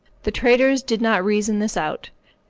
the traders did not reason this out.